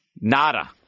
nada